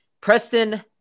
preston